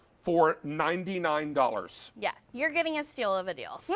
for ninety nine dollars. yeah you're getting a steal of a deal. yeah